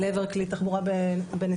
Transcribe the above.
לעבר כלי תחבורה בנסיעה.